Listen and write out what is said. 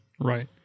Right